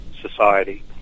society